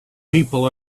people